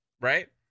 right